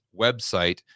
website